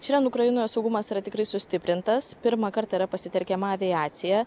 šiandien ukrainos saugumas yra tikrai sustiprintas pirmą kartą yra pasitelkiama aviacija